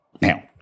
now